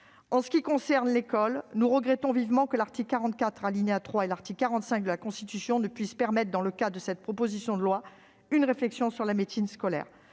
En ce qui concerne l'école, nous regrettons vivement que l'article 44 alinéa 3 et l'article 45 de la Constitution ne puissent permettre, dans le cadre de cette proposition de loi, une réflexion sur la médecine scolaire.